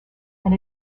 and